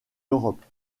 europe